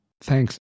Thanks